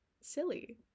silly